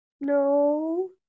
No